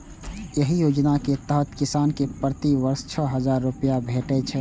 एहि योजना के तहत किसान कें प्रति वर्ष छह हजार रुपैया भेटै छै